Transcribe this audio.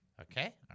Okay